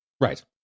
Right